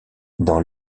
dans